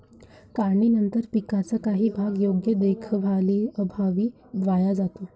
काढणीनंतर पिकाचा काही भाग योग्य देखभालीअभावी वाया जातो